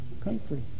country